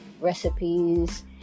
recipes